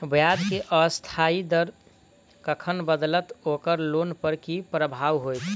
ब्याज केँ अस्थायी दर कखन बदलत ओकर लोन पर की प्रभाव होइत?